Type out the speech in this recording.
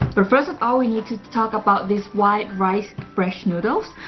but first of all, we need to talk about this white rice fresh noodles.